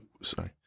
sorry